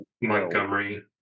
montgomery